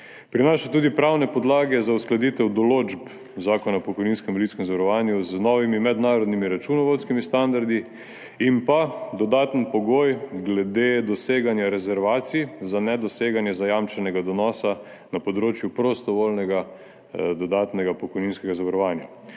Prinaša tudi pravne podlage za uskladitev določb Zakona o pokojninskem invalidskem zavarovanju z novimi mednarodnimi računovodskimi standardi in pa dodaten pogoj glede doseganja rezervacij za nedoseganje zajamčenega donosa na področju prostovoljnega dodatnega pokojninskega zavarovanja.